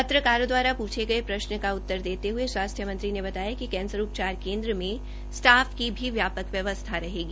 पत्रकारों द्वारा पूछे गये प्रश्नों का उत्तर देते हये स्वास्थ्य मंत्री ने बताया कि कैंसर उपचार केन्द्र में स्टाफ की भी व्यापक व्यवस्था रहेगी